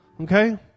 Okay